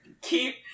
Keep